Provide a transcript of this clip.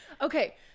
Okay